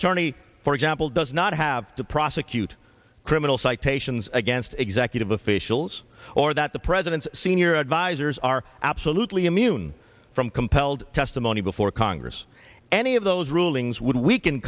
attorney for example does not have to prosecute criminal citations against executive officials or that the president's senior advisers are absolutely immune from compelled testimony before congress any of those rulings would weaken